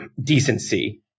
decency